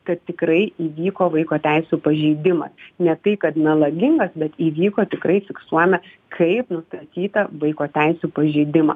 kad tikrai įvyko vaiko teisių pažeidimas ne tai kad melagingas bet įvyko tikrai fiksuojame kaip nustatytą vaiko teisių pažeidimą